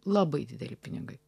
labai dideli pinigai